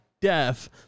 death